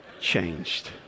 changed